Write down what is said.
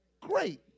great